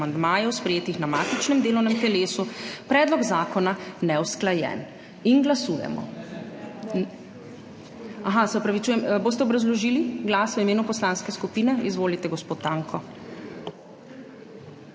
amandmajev, sprejetih na matičnem delovnem telesu, predlog zakona neusklajen. Glasujemo. Se opravičujem. Boste obrazložili glas v imenu poslanske skupine? (Da.) Izvolite, gospod Tanko.